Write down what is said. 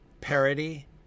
parody